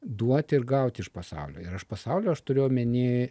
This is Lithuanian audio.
duoti ir gauti iš pasaulio ir iš pasaulio aš turiu omeny